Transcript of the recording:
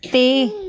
ਅਤੇ